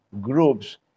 groups